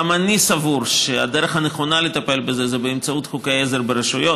גם אני סבור שהדרך הנכונה לטפל בזה היא באמצעות חוקי עזר ברשויות,